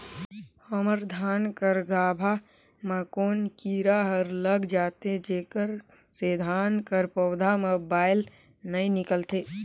हमर धान कर गाभा म कौन कीरा हर लग जाथे जेकर से धान कर पौधा म बाएल नइ निकलथे?